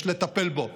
יש לטפל בו,